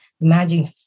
imagine